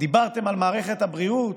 דיברתם על מערכת הבריאות,